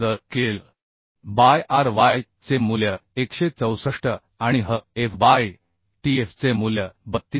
तर KL by Ry चे मूल्य 164 आणि Hf बाय Tf चे मूल्य 32